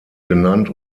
genannt